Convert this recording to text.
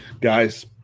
guys